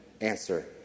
answer